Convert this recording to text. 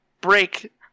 break